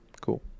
Cool